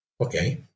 Okay